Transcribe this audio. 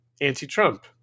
anti-Trump